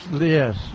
Yes